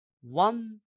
one